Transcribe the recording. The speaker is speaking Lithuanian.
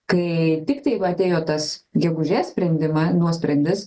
kai tiktai va atėjo tas gegužės sprendima nuosprendis